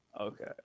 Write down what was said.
Okay